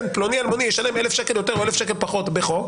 פלוני אלמוני ישלם 1,000 שקלים יותר או 1,000 שקלים פחות בחוק